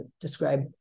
describe